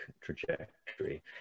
trajectory